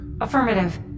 affirmative